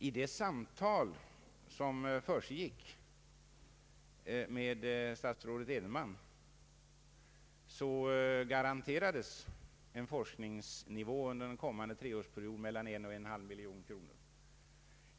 I det samtal som fördes med statsrådet Edenman garanterades en forskningsnivå under en kommande treårsperiod mellan en och en och en halv miljon kronor.